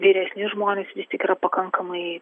vyresni žmonės vis tik yra pakankamai